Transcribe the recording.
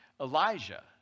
Elijah